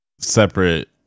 separate